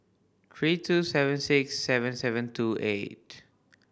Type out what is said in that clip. three two seven six seven seven two eight